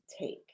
take